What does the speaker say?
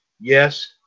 Yes